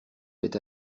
fait